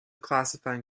classifying